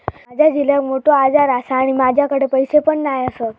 माझ्या झिलाक मोठो आजार आसा आणि माझ्याकडे पैसे पण नाय आसत